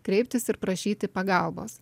kreiptis ir prašyti pagalbos